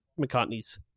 McCartney's